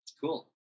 cool